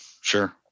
Sure